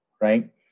right